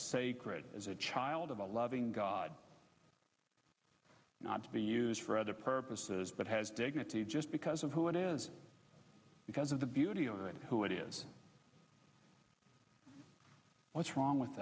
sacred as a child of a loving god not to be used for other purposes but has dignity just because of who it is because of the beauty of it who it is what's wrong with